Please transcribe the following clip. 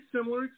similar